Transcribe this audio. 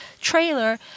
trailer –